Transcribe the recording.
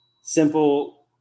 simple